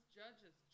judges